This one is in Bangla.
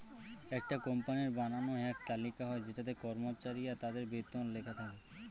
একটা কোম্পানির বানানো এক তালিকা হয় যেটাতে কর্মচারী আর তাদের বেতন লেখা থাকে